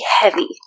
heavy